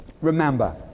Remember